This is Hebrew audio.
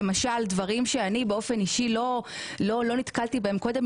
דברים שאני באופן אישי לא נתקלתי בהם קודם.